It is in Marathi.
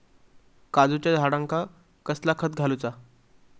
काजूच्या झाडांका कसला खत घालूचा?